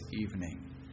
evening